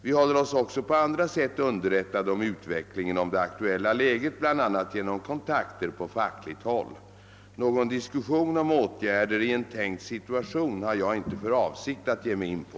Vi håller oss också på andra sätt underrättade om utvecklingen i det aktuella läget, bl.a. genom kontakter på fackligt håll. Någon diskussion om åtgärder i en tänkt situation har jag icke för avsikt ge mig in på.